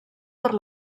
per